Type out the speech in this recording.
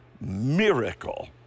miracle